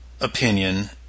opinion